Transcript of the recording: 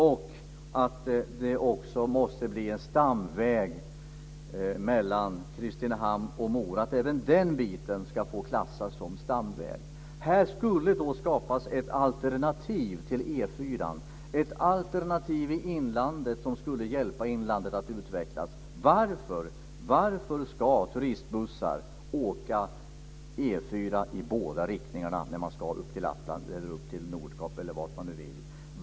Det måste också bli en stamväg mellan Kristinehamn och Mora så att även den biten ska bli klassad som stamväg. Här skulle skapas ett alternativ till E 4:an i inlandet som skulle hjälpa inlandet att utvecklas. Varför ska turistbussar åka E 4:an i båda riktningarna när man ska upp till Lappland, Nordkap eller vart man nu till?